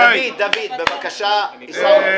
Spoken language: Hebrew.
דוד, בבקשה --- לא.